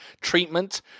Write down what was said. treatment